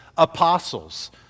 Apostles